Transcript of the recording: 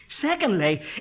Secondly